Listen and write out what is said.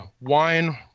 wine